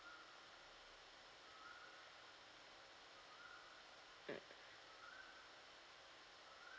mm